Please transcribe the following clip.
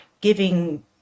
giving